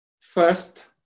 First